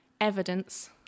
evidence